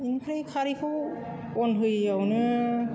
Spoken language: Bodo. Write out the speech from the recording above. ओमफ्राय खारैखौ अन होयियावनो